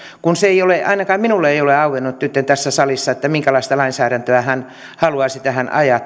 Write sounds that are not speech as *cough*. kun se ei ole ainakaan minulle nytten tässä salissa auennut minkälaista lainsäädäntöä hän haluaisi tähän ajaa *unintelligible*